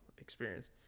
experience